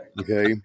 Okay